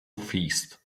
feast